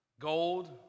gold